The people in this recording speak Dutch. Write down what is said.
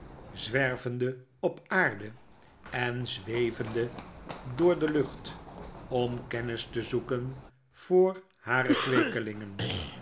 zwervende op aarde en zwevende door de lucht om kennis te zoeken voor hare